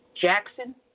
Jackson